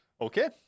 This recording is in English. okay